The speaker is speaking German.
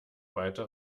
weiter